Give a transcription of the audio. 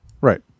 Right